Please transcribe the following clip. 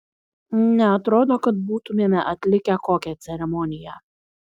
neatrodo kad būtumėme atlikę kokią ceremoniją